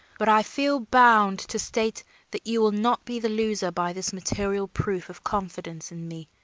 but i feel bound to state that you will not be the loser by this material proof of confidence in me,